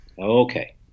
Okay